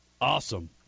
awesome